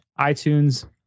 iTunes